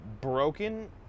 broken